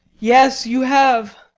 yes, you have.